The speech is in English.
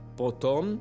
potom